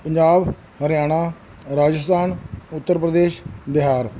Punjab Haryana Rajasthan Uttar Pradesh Bihar